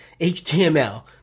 html